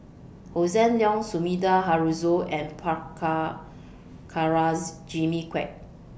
Hossan Leong Sumida Haruzo and Jimmy Quek